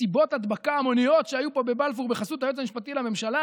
מסיבות הדבקה המוניות שהיו פה בבלפור בחסות היועץ המשפטי לממשלה.